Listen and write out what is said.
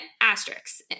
asterisks